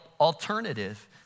alternative